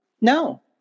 No